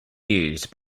used